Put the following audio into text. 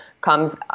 comes